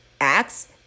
acts